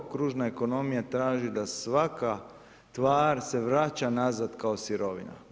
Kružna ekonomija traži da svaka tvar se vraća nazad kao sirovina.